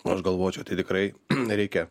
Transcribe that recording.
o aš galvočiau tai tikrai nereikia